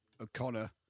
O'Connor